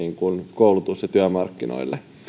koulutus ja työmarkkinoille